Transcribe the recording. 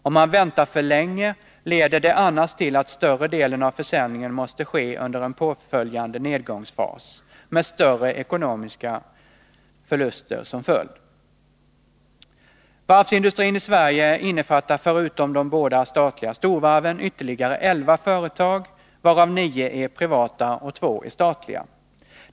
Om man väntar för länge leder det annars till att större delen av försäljningen måste ske under en påföljande nedgångsfas, med större ekonomiska förluster som följd. Varvsindustrin i Sverige innefattar förutom de båda statliga storvarven ytterligare elva företag, varav nio är privata och två är statliga.